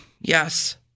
Yes